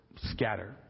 scatter